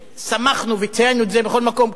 ושמחנו וציינו את זה בכל מקום.